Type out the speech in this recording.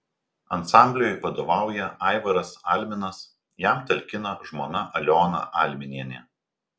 ansambliui vadovauja aivaras alminas jam talkina žmona aliona alminienė